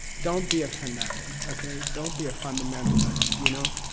don't be a fanatic. okay, don't be a fundamentalist, you know?